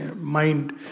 mind